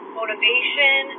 motivation